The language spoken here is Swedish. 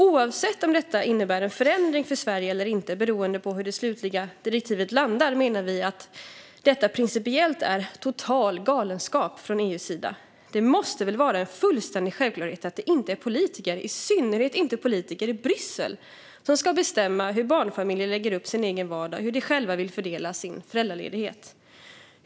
Oavsett om detta innebär en förändring för Sverige eller inte, beroende på var det slutliga direktivet landar, menar vi att detta principiellt är total galenskap från EU:s sida. Det måste väl vara en fullständig självklarhet att det inte är politiker, i synnerhet inte politiker i Bryssel, som ska bestämma hur barnfamiljer ska lägga upp sin egen vardag och hur de vill fördela sin föräldraledighet.